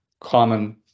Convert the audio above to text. common